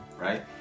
right